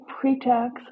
pre-tax